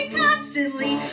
constantly